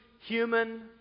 human